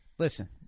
Listen